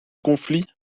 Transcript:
conflit